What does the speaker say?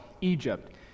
Egypt